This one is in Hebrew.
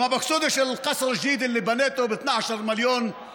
(אומר בערבית: ואני לא מתכוון לארמון החדש שבנית ב-12 מיליון דולר,)